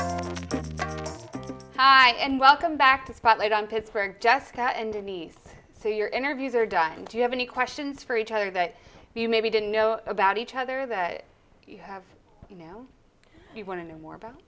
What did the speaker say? more hi and welcome back to spotlight on pittsburgh jessica and nice so your interviews are done do you have any questions for each other that you maybe didn't know about each other that you have you know you want to know more about